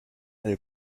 elle